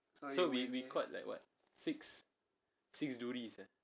so we we caught like what six six duris ah